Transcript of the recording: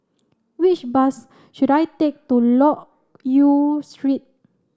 which bus should I take to Loke Yew Street